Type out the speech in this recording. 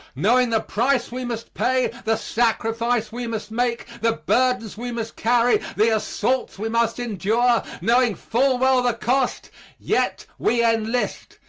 knowing the price we must pay, the sacrifice we must make, the burdens we must carry, the assaults we must endure knowing full well the cost yet we enlist,